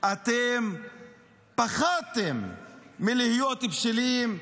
אתם פחדתם להיות בשלים,